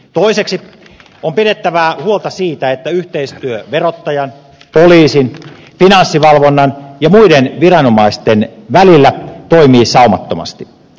toiseksi on pidettävä huolta siitä että yhteistyö verottajan poliisin finanssivalvonnan ja muiden viranomaisten välillä toimii saumattomasti